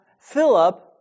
Philip